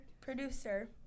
producer